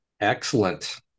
Excellent